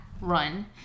run